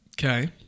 Okay